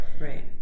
right